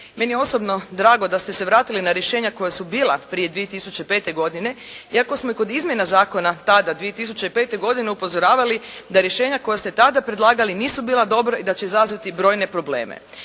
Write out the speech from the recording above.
Meni je osobno drago da ste se vratili na rješenja koja su bila prije 2005. godine iako smo ih kod izmjena zakona tada 2005. godine upozoravali, da rješenja koja ste tada predlagali nisu bila dobra i da će izazvati brojne probleme.